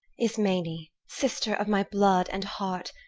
ismene, sister of my blood and heart,